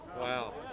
Wow